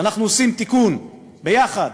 ואנחנו עושים תיקון יחד,